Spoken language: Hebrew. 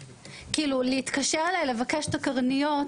יכלו להתקשר מהמכון הפתולוגי ולבקש את הקרניות,